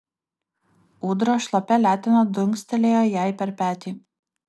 ūdra šlapia letena dunkstelėjo jai per petį